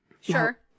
Sure